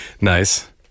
Nice